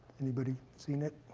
anybody seen it?